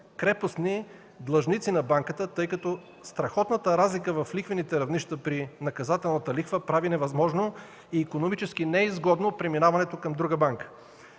крепостни длъжници на банката, тъй като страхотната разлика в лихвените равнища при наказателната лихва прави невъзможно и икономически неизгодно преминаването към друга банка.